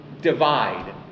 divide